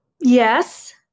Yes